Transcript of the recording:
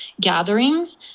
gatherings